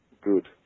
good